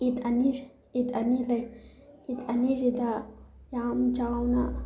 ꯏꯠ ꯑꯅꯤ ꯏꯠ ꯑꯅꯤ ꯂꯩ ꯏꯠ ꯑꯅꯤꯖꯤꯗ ꯌꯥꯝ ꯆꯥꯎꯅ